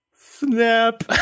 snap